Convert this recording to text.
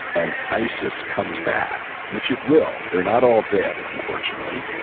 and isis comes back which it will they're not all dead unfortunately.